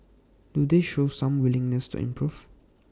do they show some willingness to improve